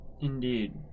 Indeed